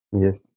yes